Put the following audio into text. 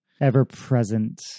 ever-present